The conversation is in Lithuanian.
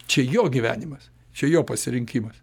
čia jo gyvenimas čia jo pasirinkimas